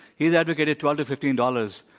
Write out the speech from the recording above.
he has advocated twelve to fifteen dollars.